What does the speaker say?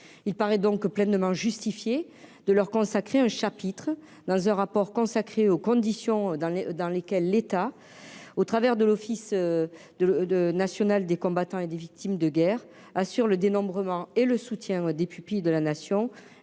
il paraît donc pleinement justifié de leur consacrer un chapitre dans un rapport consacré aux conditions dans les, dans lesquelles l'État au travers de l'Office de de nationale des combattants et des victimes de guerre, assure le dénombrement et le soutien des pupilles de la nation